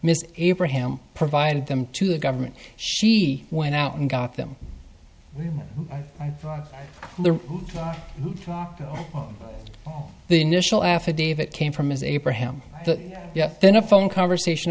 mr abraham provided them to the government she went out and got them i thought the initial affidavit came from ms abraham yet then a phone conversation